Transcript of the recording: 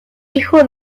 hijo